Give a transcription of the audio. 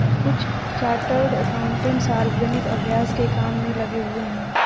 कुछ chartered accountant सार्वजनिक अभ्यास के काम में लगे हुए हैं